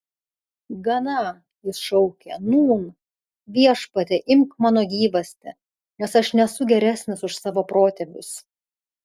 gana jis šaukė nūn viešpatie imk mano gyvastį nes aš nesu geresnis už savo protėvius